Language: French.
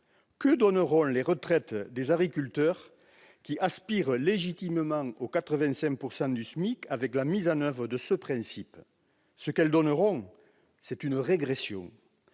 Que donneront les retraites des agriculteurs qui aspirent légitimement aux 85 % du SMIC avec la mise en oeuvre de ce principe ? Ce qu'elles donneront, c'est une régression